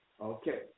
Okay